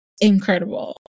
incredible